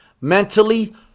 mentally